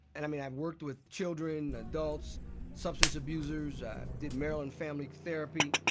and, i mean, i've worked with children, adults substance abusers. i did marital and family therapy.